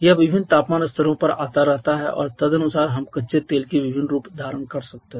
यह विभिन्न तापमान स्तरों पर आता रहता है और तदनुसार हम कच्चे तेल के विभिन्न रूप धारण कर सकते हैं